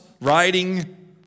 riding